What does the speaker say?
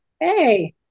Hey